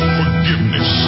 forgiveness